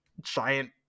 giant